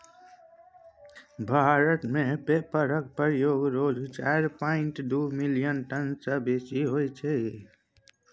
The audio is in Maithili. भारत मे पेपरक प्रयोग रोज चारि पांइट दु मिलियन टन सँ बेसी होइ छै